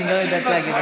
אני לא יודעת להגיד.